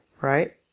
right